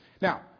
Now